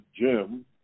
Jim